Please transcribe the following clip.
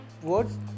words